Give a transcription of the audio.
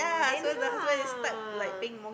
then how